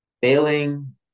failing